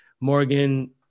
Morgan